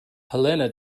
helena